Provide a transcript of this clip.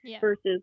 Versus